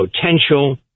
potential